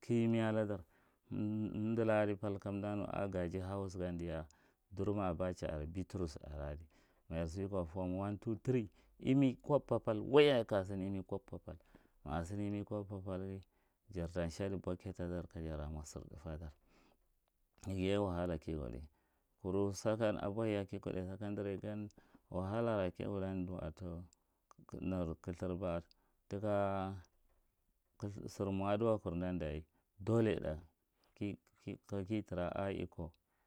kimeya ladar lundu laka pal a ka gaji house gan diya dume abatcha are, bittant are ma jar siko fam one two, three imeye cap palpal ma a sinre imeye cop parpal wai yaye yeme cop parpal ghi jar ta shadi butikef ta dark a jar lamo sir thafadar neghi yewahala kiwuri kuru fakan abo thiyam kikadai secondary gan wahalara kiwulian, watou nei kthir ba thika sir moaduwe kur nan dachi dole tha kithra a ikko